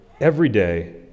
everyday